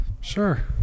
Sure